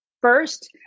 First